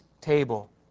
table